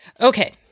Okay